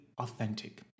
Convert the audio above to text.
authentic